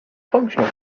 functional